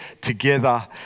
together